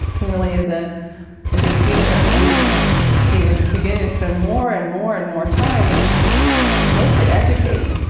he really is ah is a teacher. and he was beginning to spend more and more and more time mostly educating.